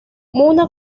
una